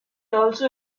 also